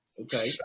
Okay